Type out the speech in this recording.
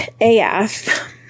Af